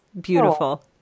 beautiful